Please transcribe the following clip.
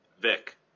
Vic